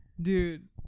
Dude